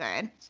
good